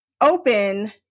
open